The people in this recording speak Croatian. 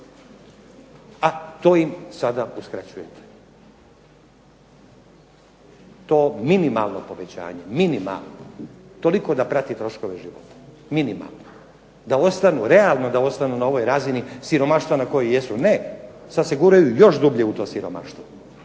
a to im sada uskraćujete to minimalno povećanje, minimalno, toliko da prati troškove života. Minimalno, da ostanu, realno da ostanu na ovoj razini siromaštva na kojoj jesu. Ne, sad se guraju još dublje u to siromaštvo.